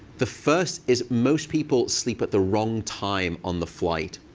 the first is most people sleep at the wrong time on the flight.